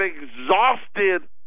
exhausted